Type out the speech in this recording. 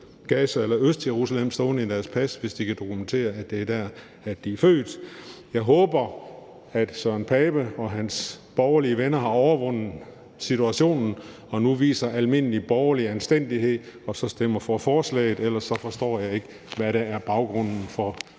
Gaza eller Østjerusalem stående i deres pas, hvis de kan dokumentere, at det er der, de er født. Jeg håber, at hr. Søren Pape Poulsen og hans borgerlige venner har overvundet situationen og nu viser almindelig borgerlig anstændighed og stemmer for forslaget. Ellers forstår jeg ikke, hvad der er baggrunden for